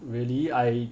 really I